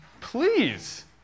Please